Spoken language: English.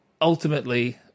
ultimately